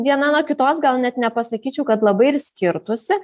viena nuo kitos gal net nepasakyčiau kad labai ir skirtųsi